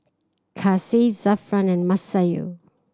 Kasih Zafran and Masayu